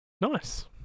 Nice